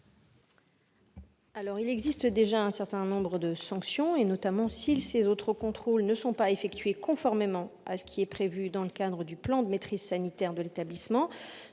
? Il existe déjà un certain nombre de sanctions. En particulier, si les autocontrôles ne sont pas effectués conformément à ce qui est prévu dans le plan de maîtrise sanitaire de l'établissement,